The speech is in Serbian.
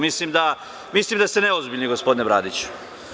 Mislim da ste neozbiljni, gospodine Bradiću.